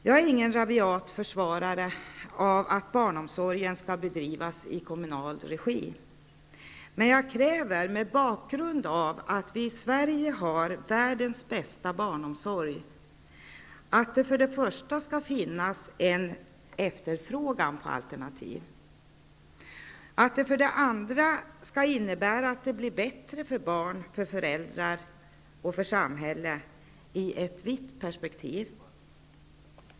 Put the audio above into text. Jag är ingen rabiat försvarare av att barnomsorgen skall bedrivas i kommunal regi. Men jag kräver, mot bakgrund av att vi i Sverige har världens bästa barnomsorg, att det för det första skall finnas en efterfrågan på alternativ, att det för det andra skall innebära att det blir bättre för barn, för föräldrar och för samhället i ett vitt perspektiv.